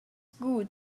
good